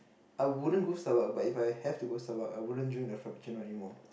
I wouldn't go Starbucks but if I have to go Starbucks I wouldn't drink the frappuncino anymore